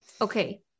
Okay